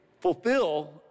fulfill